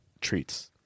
treats